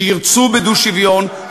שירצו בדו-שוויון,